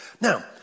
Now